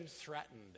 threatened